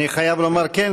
אני חייב לומר כן,